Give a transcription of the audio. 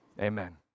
Amen